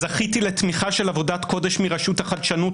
זכיתי לתמיכה של עבודת קודש מרשות החדשנות,